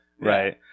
Right